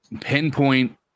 pinpoint